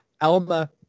Alma